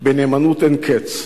בנאמנות אין קץ,